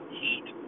heat